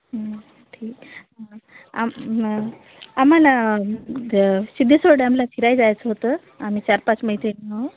हं ठीक आम आम्हाला ते सिद्धेश्वर डॅमला फिरायला जायचं होतं आम्ही चार पाच मैत्रिणी ओ